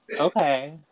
Okay